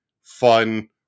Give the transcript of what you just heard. fun